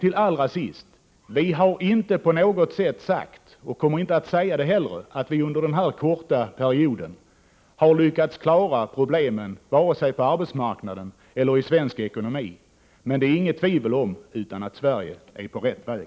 Till sist: Vi har inte på något sätt sagt och kommer inte heller att säga att vi under den här korta perioden har lyckats klara problemen vare sig på arbetsmarknaden eller i svensk ekonomi. Men det är inget tvivel om att Sverige är på rätt väg.